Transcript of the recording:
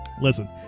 Listen